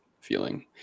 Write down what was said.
feeling